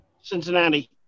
Cincinnati